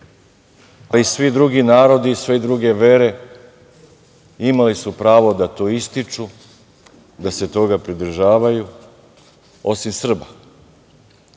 ali svi drugi narodi, sve druge vere imale su pravo da to ističu, da se toga pridržavaju, osim Srba.O